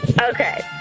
Okay